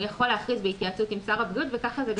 הוא יכול להכריז בהתייעצות עם שר הבריאות וככה זה גם בסעיפים אחרים.